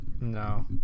No